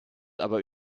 aber